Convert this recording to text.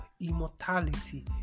Immortality